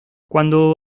cuando